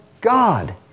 God